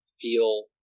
feel